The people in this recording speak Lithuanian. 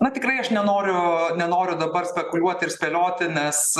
na tikrai aš nenoriu nenoriu dabar spekuliuoti ir spėlioti nes